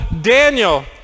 Daniel